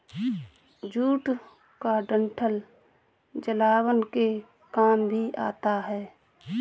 jute का डंठल जलावन के काम भी आता है